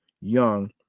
Young